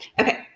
Okay